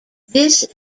this